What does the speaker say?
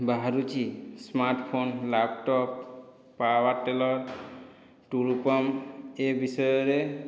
ବାହାରୁଛି smartphone laptop power tiller Tullu pump ଏ ବିଷୟରେ